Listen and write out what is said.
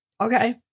Okay